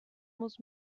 muss